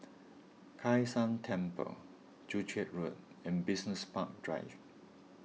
Kai San Temple Joo Chiat Road and Business Park Drive